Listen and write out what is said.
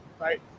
right